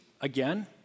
again